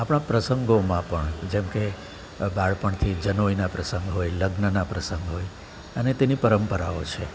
આપણા પ્રસંગોમાં પણ જેમ કે બાળપણથી જનોઈના પ્રસંગ હોય લગ્નના પ્રસંગ હોય અને તેની પરંપરાઓ છે